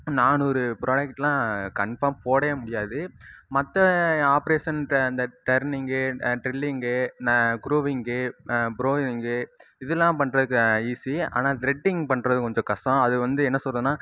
நானூறு ப்ராடெக்ட்லாம் கன்ஃபார்ம் போடவே முடியாது மற்ற ஆபரேஷன் த இந்த டர்னிங்கு அந்த ட்ரில்லிங்கு நா க்ரோவிங்கு ப்ரோவிங்கு இதெலாம் பண்ணுறதுக்கு ஈஸி ஆனால் த்ரெடிங் பண்ணுறது கொஞ்சம் கஷ்டம் அது வந்து என்ன சொல்லறதுன்னா